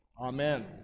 Amen